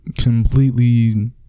completely